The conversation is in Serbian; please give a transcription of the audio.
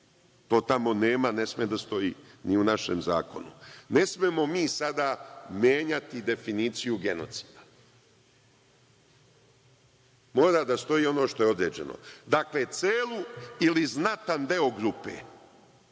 To tamo nema. Ne sme da stoji ni u našem zakonu. Ne smemo mi sada menjati definiciju genocida. Mora da stoji ono što je određeno. Dakle, celu ili znatan deo grupe,